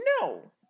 No